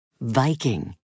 Viking